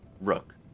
Rook